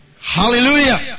Hallelujah